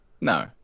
No